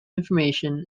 information